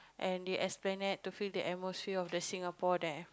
and the esplanade to feel the atmosphere of the Singapore there